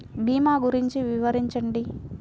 భీమా గురించి వివరించండి?